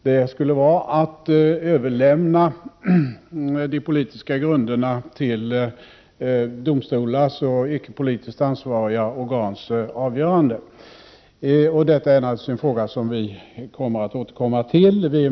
Det skulle vara att överlämna de politiska grunderna till domstolars och icke-politiskt ansvariga organs avgörande. Detta är naturligtvis en fråga som centerpartiet återkommer till.